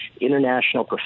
international